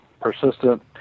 Persistent